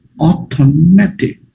automatic